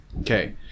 Okay